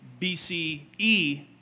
BCE